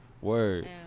Word